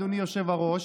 אדוני היושב-ראש,